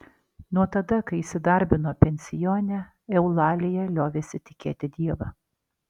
nuo tada kai įsidarbino pensione eulalija liovėsi tikėti dievą